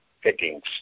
pickings